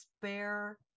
spare